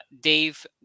Dave